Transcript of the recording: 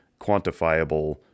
quantifiable